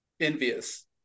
Envious